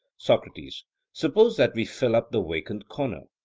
socrates suppose that we fill up the vacant corner?